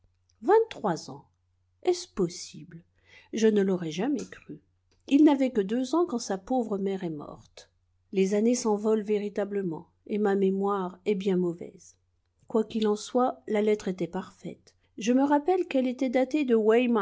vingt-trois ans est-ce possible je ne l'aurais jamais cru il n'avait que deux ans quand sa pauvre mère est morte les années s'envolent véritablement et ma mémoire est bien mauvaise quoiqu'il en soit la lettre était parfaite je me rappelle qu'elle était datée de